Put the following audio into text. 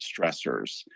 stressors